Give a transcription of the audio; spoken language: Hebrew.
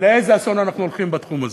לאיזה אסון אנחנו הולכים בתחום הזה.